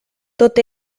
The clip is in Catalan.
tot